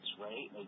right